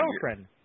girlfriend